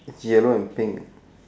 yellow and pink